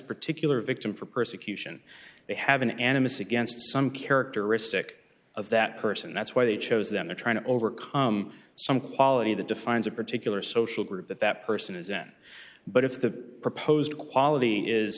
particular victim for persecution they have an animus against some characteristic of that person that's why they chose them to try to overcome some quality that defines a particular social group that that person is at but if the proposed equality is